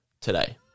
today